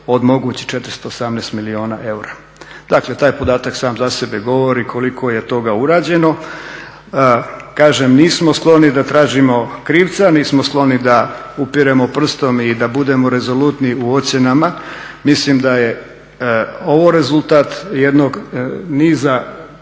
od mogućih 418 milijuna eura. Dakle, taj podatak sam za sebe govori koliko je toga urađeno. Kažem, nismo skloni da tražimo krivca, nismo skloni da upiremo prstom i da budemo rezolutni u ocjenama. Mislim da je ovo rezultat jednog niza u